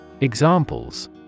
Examples